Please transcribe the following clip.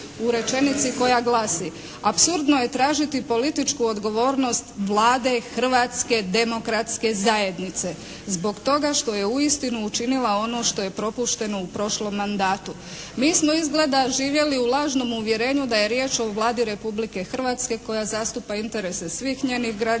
u rečenici koja glasi: "Apsurdno je tražiti političku odgovornost Vlade Hrvatske demokratske zajednice zbog toga što je uistinu učinila ono što je propušteno u prošlom mandatu.". Mi smo izgleda živjeli u lažnom uvjerenju da je riječ o Vladi Republike Hrvatske koja zastupa interese svih njenih građana,